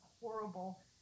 horrible